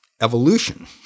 evolution